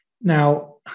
Now